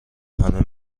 همه